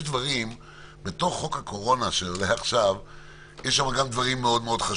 יש דברים בתוך חוק הקורונה שעולה עכשיו שהם חשובים